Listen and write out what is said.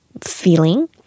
feeling